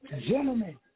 Gentlemen